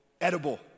edible